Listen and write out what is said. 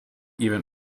even